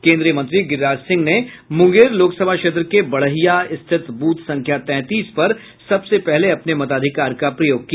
केन्द्रीय मंत्री गिरिराज सिंह ने मुंगेर लोकसभा क्षेत्र के बड़हिया स्थित ब्रथ संख्या तैंतीस पर सबसे पहले अपने मताधिकार का प्रयोग किया